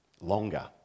longer